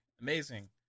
amazing